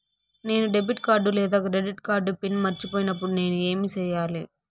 నేను debit card లేదా credit card PIN మర్చిపోయినప్పుడు నేను ఏమి సెయ్యాలి?